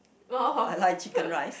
oh